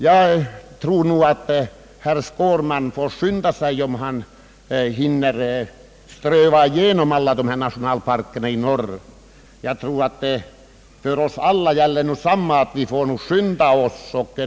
Jag tror nog att herr Skårman får skynda sig om han skall hinna ströva igenom alla dessa nationalparker i norr. För oss alla gäller detsamma att vi får skynda oss.